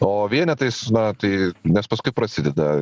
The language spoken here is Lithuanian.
o vienetais na tai nes paskui prasideda